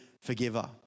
forgiver